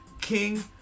King